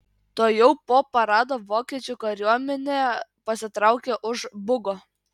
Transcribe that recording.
tuojau po parado vokiečių kariuomenė pasitraukė už bugo